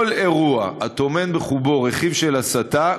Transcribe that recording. כל אירוע הטומן בחובו רכיב של הסתה,